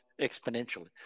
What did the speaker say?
exponentially